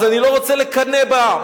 אני לא רוצה לקנא בה,